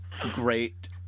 Great